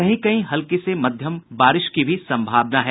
कहीं कहीं हल्की से मध्यम वर्षा की भी संभावना है